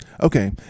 Okay